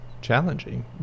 challenging